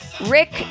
Rick